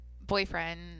boyfriend